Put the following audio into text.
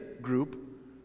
group